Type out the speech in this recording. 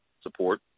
Support